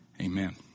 Amen